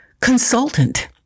consultant